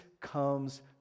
comes